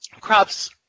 crops